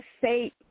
say